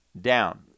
down